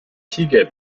tiger